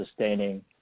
sustaining